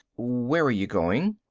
where are you going?